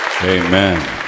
Amen